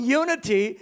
unity